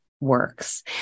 works